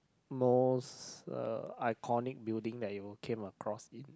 most uh iconic building that you came across in